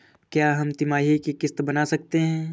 क्या हम तिमाही की किस्त बना सकते हैं?